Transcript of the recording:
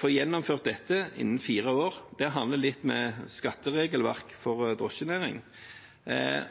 få gjennomført dette innen fire år handler litt om skatteregelverket for drosjenæringen. Det